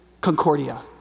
concordia